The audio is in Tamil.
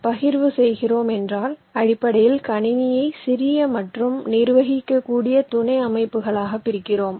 எனவே பகிர்வு செய்கிறோம் என்றால் அடிப்படையில் அமைப்பை சிறிய மற்றும் நிர்வகிக்கக்கூடிய துணை அமைப்புகளாக பிரிக்கிறோம்